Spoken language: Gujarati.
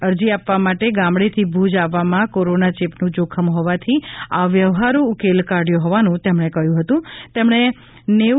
અરજી આપવા માટે ગામડેથી ભુજ આવવામાં કોરોના ચેપનું જોખમ હોવાથી આ વ્યવહારુ ઉકેલ કાઢયો હોવાનું તેમણે કહ્યું હતું